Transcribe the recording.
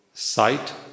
Sight